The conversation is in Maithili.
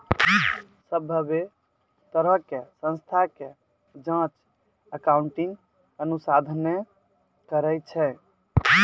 सभ्भे तरहो के संस्था के जांच अकाउन्टिंग अनुसंधाने करै छै